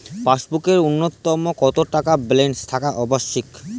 পাসবুকে ন্যুনতম কত টাকা ব্যালেন্স থাকা আবশ্যিক?